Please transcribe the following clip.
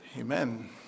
Amen